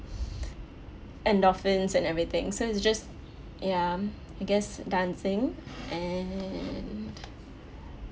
endorphins and everything so it's just ya I guess dancing and